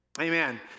Amen